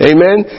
Amen